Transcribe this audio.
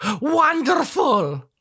Wonderful